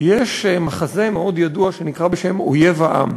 יש מחזה מאוד ידוע שנקרא "אויב העם".